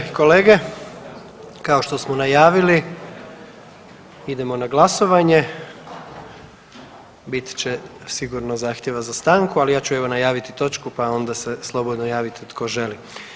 kolege, kao što smo najavili idemo na glasovanje, bit će sigurno zahtjeva za stanku, ali ja ću evo najaviti točku pa onda se slobodno javite tko želi.